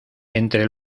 entre